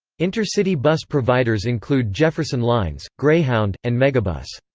intercity bus providers include jefferson lines, greyhound, and megabus.